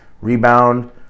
Rebound